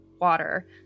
water